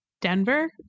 Denver